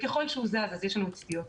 ככל שהוא זז אז יש לנו סטיות לתקן.